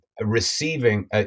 receiving